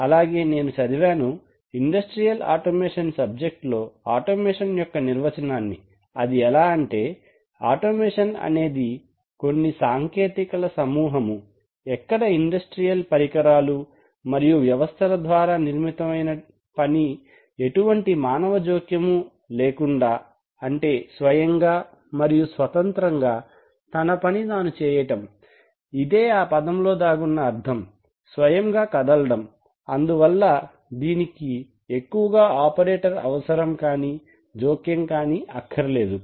అలాగే నేను చదివాను ఇండస్ట్రియల్ ఆటోమేషన్ సబ్జెక్ట్ లో ఆటోమేషన్ యొక్క నిర్వచనాన్ని అది ఎలా అంటే ఆటోమేషన్ అనేది కొన్ని సాంకేతికతల సమూహము ఎక్కడ ఇండస్ట్రియల్ పరికరాలు మరియు వ్యవస్థల ద్వారా నిర్మితమైన పని ఎటువంటి మానవ జోక్యము లేకుండా అంటే స్వయంగా మరియు స్వతంత్రంగా తన పని తాను చేయడం ఇదే ఆ పదములో దాగున్న అర్థం స్వయముగా కదలడం అందువలన దీనికి ఎక్కువగా ఆపరేటర్ అవసరం కానీ జోక్యం కానీ అక్కర్లేదు